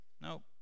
Nope